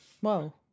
Whoa